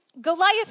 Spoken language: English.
Goliath